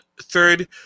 third